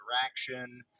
interaction